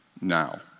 now